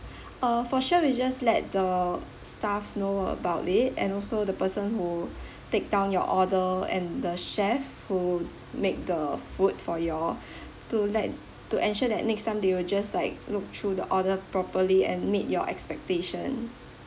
uh for sure we'll just let the staff know about it and also the person who take down your order and the chef who make the food for you'll to let to ensure that next time they will just like look through the order properly and meet your expectation